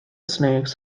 snakes